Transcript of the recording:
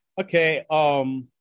Okay